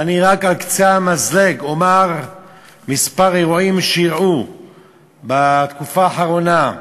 ואני רק על קצה המזלג אומַר כמה אירועים שאירעו בתקופה האחרונה: